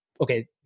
okay